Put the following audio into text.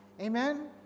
Amen